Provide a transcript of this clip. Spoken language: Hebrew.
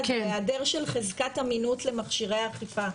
זה היעדר של חזקת אמינות למכשירי האכיפה.